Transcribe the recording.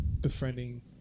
befriending